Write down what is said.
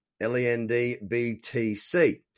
L-E-N-D-B-T-C